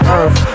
earth